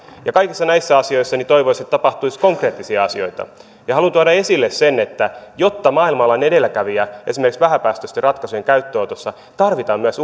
kaikissa näissä asioissa toivoisin että tapahtuisi konkreettisia asioita ja haluan tuoda esille sen että jotta maailmalla on edelläkävijä esimerkiksi vähäpäästöisten ratkaisujen käyttöönotossa tarvitaan myös